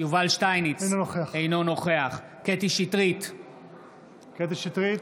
אינו נוכח קטי קטרין שטרית,